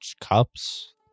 cups